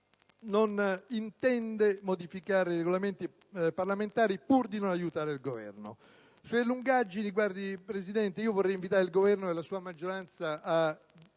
non intende modificare i Regolamenti parlamentari pur di non aiutare il Governo. Sulle lungaggini, Presidente, vorrei invitare il Governo e la sua maggioranza a